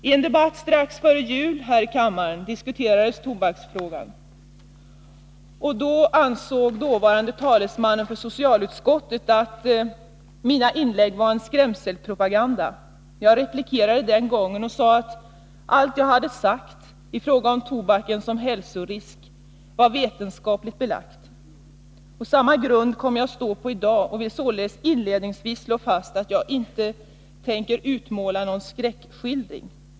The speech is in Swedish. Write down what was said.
I en debatt strax före jul här i kammaren diskuterades tobaksfrågan. Då ansåg dåvarande talesman för socialutskottet att mina inlägg var skrämselpropaganda. Jag replikerade den gången att allt jag hade sagt i fråga om tobaken som hälsorisk var vetenskapligt belagt. Samma grund kommer jag att stå på i dag, och jag vill således inledningsvis slå fast att jag inte tänker ge någon skräckskildring.